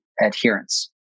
adherence